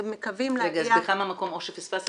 מקווים להגיע --- בכמה מקומות זה?